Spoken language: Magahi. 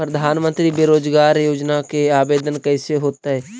प्रधानमंत्री बेरोजगार योजना के आवेदन कैसे होतै?